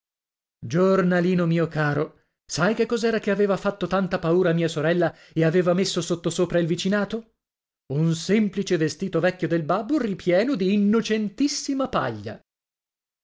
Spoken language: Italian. giornalino mio caro sai che cos'era che aveva fatto tanta paura a mia sorella e aveva messo sottosopra il vicinato un semplice vestito vecchio del babbo ripieno di innocentissima paglia